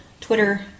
Twitter